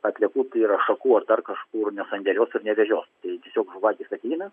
atliekų tai yra šakų ar dar kažkur nesandėliuos ir nevežios tiesiog vagys ateina